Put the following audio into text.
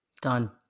Done